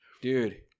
dude